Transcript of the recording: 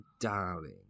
darling